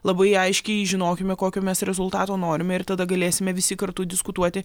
labai aiškiai žinokime kokio mes rezultato norime ir tada galėsime visi kartu diskutuoti